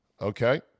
Okay